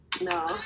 No